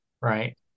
Right